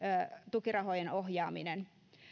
tukirahojen ohjaaminen